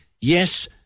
yes